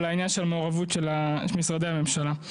על העניין של המעורבות של משרדי הממשלה.